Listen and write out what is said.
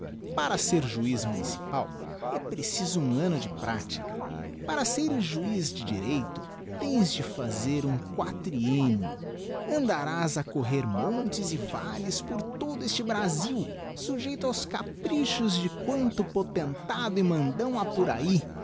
para ser juiz municipal é preciso um anno de pratica para seres juiz de direito tens de fazer um quatriennio andarás a correr montes e valles por todo este brasil sujeito aos caprichos de quanto potentado e mandão ha por ahi